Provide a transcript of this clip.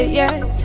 yes